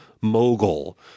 mogul